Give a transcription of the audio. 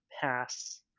pass